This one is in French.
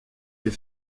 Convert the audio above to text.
les